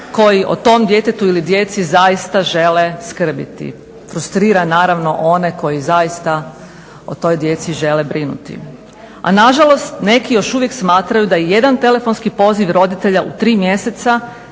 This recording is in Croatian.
koji o tom djetetu ili djeci zaista žele skrbiti. Frustrira naravno one koji zaista o toj djeci žele brinuti. A nažalost neki još uvijek smatraju da i jedan telefonski poziv roditelja u tri mjeseca